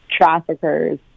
traffickers